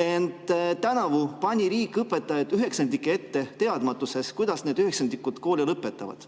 alguses pani riik õpetajad üheksandike ette teadmatuses, kuidas need üheksandikud kooli lõpetavad.